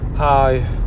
Hi